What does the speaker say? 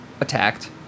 attacked